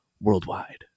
worldwide